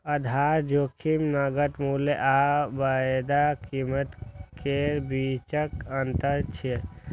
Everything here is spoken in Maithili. आधार जोखिम नकद मूल्य आ वायदा कीमत केर बीचक अंतर छियै